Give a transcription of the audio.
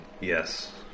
Yes